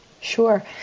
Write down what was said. Sure